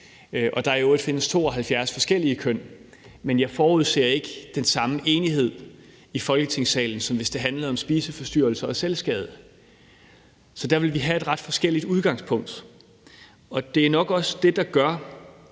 at der i øvrigt findes 72 forskellige køn. Men jeg forudser ikke, at der er den samme enighed i Folketingssalen om det, som hvis det handlede om spiseforstyrrelser og selvskade. Så der ville vi have et ret forskelligt udgangspunkt, og det er nok også det, der gør,